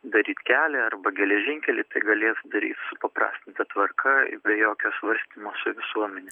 daryti kelią arba geležinkelį tai galės daryti supaprastinta tvarka be jokio svarstymo su visuomene